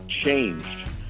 changed